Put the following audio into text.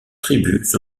tribus